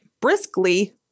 briskly